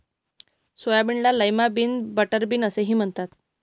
सोयाबीनला lima bean आणि butter bean असेही म्हणतात